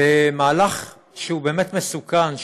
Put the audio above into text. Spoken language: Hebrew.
במהלך שהוא באמת מסוכן,